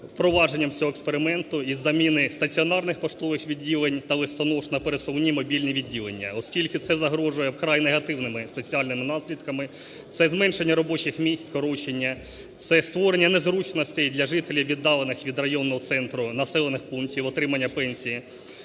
впровадженням цього експерименту із заміни стаціонарних поштових відділень та листонош на пересувні мобільні відділення, оскільки це загрожує вкрай негативними соціальними наслідками. Це зменшення робочих місць (скорочення); це створення незручностей для жителів віддалених від районного центру населених пунктів, отримання пенсії;